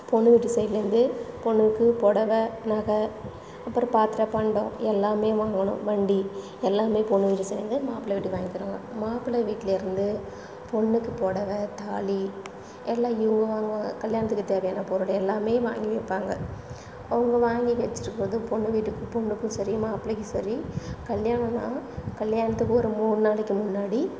பொண்ணு வீட்டு சைட்லேருந்து பொண்ணுக்கு புடவ நகை அப்புறம் பாத்தரப்பண்டம் எல்லாமே வாங்கணும் வண்டி எல்லாமே பொண்ணு வீட்டு சைட்லேருந்து மாப்பிள வீட்டுக்கு வாங்கித் தருவாங்க மாப்பிளை வீட்லேருந்து பொண்ணுக்கு புடவ தாலி எல்லாம் இவங்க வாங்குவாங்க கல்யாணத்துக்கு தேவையான பொருள் எல்லாமே வாங்கி வைப்பாங்க அவங்க வாங்கி வச்சுருக்கறது பொண்ணு வீட்டுக்கு பொண்ணுக்கும் சரி மாப்பிளைக்கும் சரி கல்யாணன்னா கல்யாணத்துக்கு ஒரு மூணு நாளைக்கு முன்னாடி